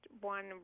one